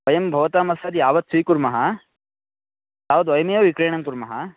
वयं भवतामहस्तात् यावत् स्वीकुर्मः तावद्वयमेव विक्रयणं कुर्मः